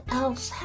else